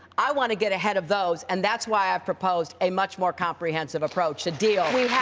i want to get ahead of those, and that's why i've proposed a much more comprehensive approach to deal with